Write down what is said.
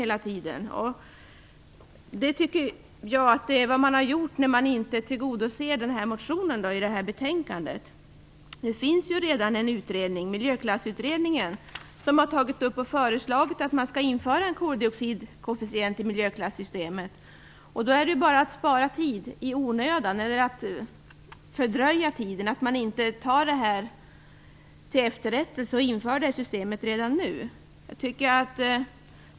Det tycker jag att man gör när man i det här betänkandet inte vill tillgodose yrkandet i den här motionen. Det finns ju redan en utredning, Miljöklassutredningen, som har föreslagit att man skall införa en koldioxidkoefficient i miljöklassystemet, och då är det bara att dra ut på tiden i onödan att inte med en gång införa det här systemet.